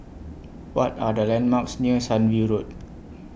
What Are The landmarks near Sunview Road